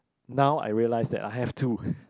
now I realised that I have too